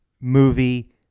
movie